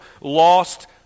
lost